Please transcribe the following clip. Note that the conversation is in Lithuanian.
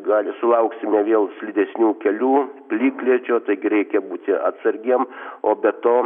gali sulauksime vėl slidesnių kelių plikledžio taigi reikia būti atsargiem o be to